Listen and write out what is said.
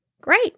Great